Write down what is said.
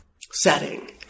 setting